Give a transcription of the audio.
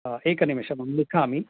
एकनिमेषम् अहं लिखामि